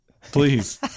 Please